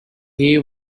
hay